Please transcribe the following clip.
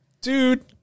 dude